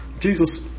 Jesus